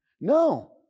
No